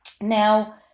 Now